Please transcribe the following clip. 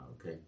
Okay